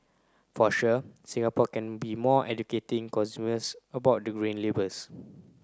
for sure Singapore can be more educating consumers about the Green Labels